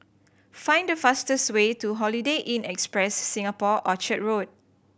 find the fastest way to Holiday Inn Express Singapore Orchard Road